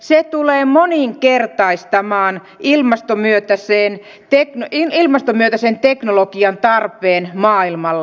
se tulee moninkertaistamaan ilmastomyönteisen teknologian tarpeen maailmalla